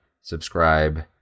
subscribe